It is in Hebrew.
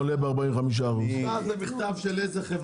להוזיל מחירים לצרכן.